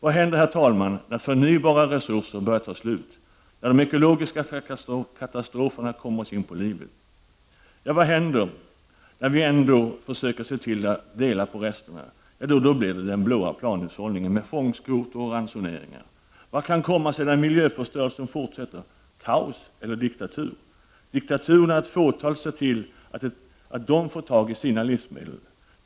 Vad händer, herr talman, när förnybara resurser börjar ta slut, när de ekologiska katastroferna kommer oss in på livet? Vad händer när man ändå försöker se till att dela på resterna? Det blir den blåa planhushållningen med fångstkvoter och ransoneringar. Vad kan komma sedan om miljöförstörelsen fortsätter. Kaos eller diktatur? Diktatur när ett fåtal ser till att det får tag i sina livsmedel.